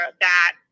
that-